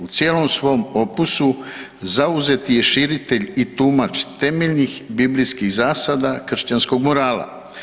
U cijelom svom opusu zauzeti je širitelj i tumač temeljnih biblijskih zasada kršćanskog morala.